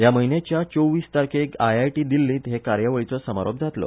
ह्या म्हयन्याच्या चोवीस तारखेक आयआयटी दिल्लींत हे कार्यावळीचो समारोप जातलो